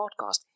podcast